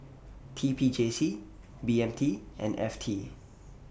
T P J C B M T and F T